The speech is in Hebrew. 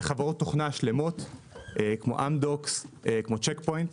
חברות תוכנה שלמות כמו: אנדוקס, כמו צ'ק פוינט,